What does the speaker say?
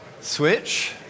Switch